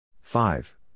Five